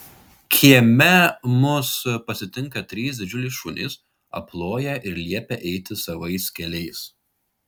kieme mus pasitinka trys didžiuliai šunys aploja ir liepia eiti savais keliais